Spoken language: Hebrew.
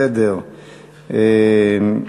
לסדר-היום: